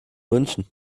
münchen